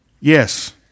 Yes